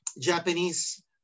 Japanese